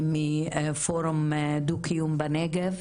מפורום דו קיום בנגב,